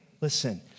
Listen